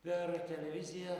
per televiziją